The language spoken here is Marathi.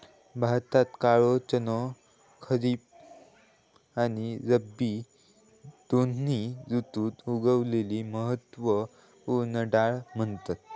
भारतात काळो चणो खरीब आणि रब्बी दोन्ही ऋतुत उगवलेली महत्त्व पूर्ण डाळ म्हणतत